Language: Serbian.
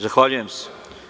Zahvaljujem se.